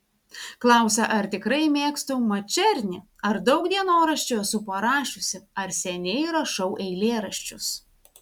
klausia ar tikrai mėgstu mačernį ar daug dienoraščio esu parašiusi ar seniai rašau eilėraščius